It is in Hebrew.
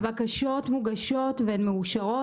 הבקשות מוגשות והן מאושרות.